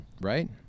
right